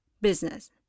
business